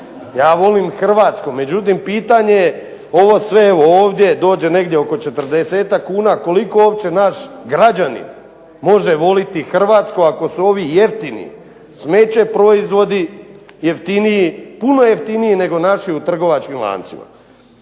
Ja volim hrvatsko. Međutim pitanje je ovo sve ovdje dođe negdje oko 40-ak kuna, koliko uopće naš građanin može voliti hrvatsko ako su ovi jeftini smeće proizvodi jeftiniji, puno jeftiniji nego naši u trgovačkim lancima.